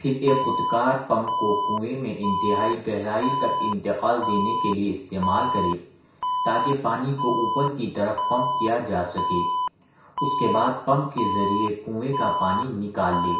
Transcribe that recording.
پھر ایک خود کار پمپ کو کنویں میں انتہائی گہرائی تک انتقال دینے لئے استعمال کرے تاکہ پانی کو اوپر کی طرف پمپ کیا جا سکے اس کے بعد پمپ کے ذریعے کنویں کا پانی نکال لے